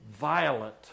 violent